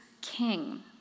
King